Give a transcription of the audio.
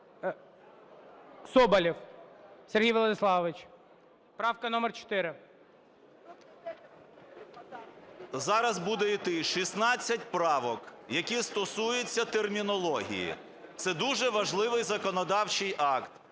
Зараз буде йти 16 правок, які стосуються термінології. Це дуже важливий законодавчий акт,